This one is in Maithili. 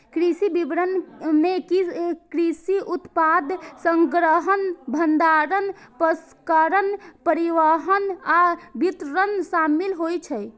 कृषि विपणन मे कृषि उत्पाद संग्रहण, भंडारण, प्रसंस्करण, परिवहन आ वितरण शामिल होइ छै